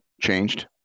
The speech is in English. changed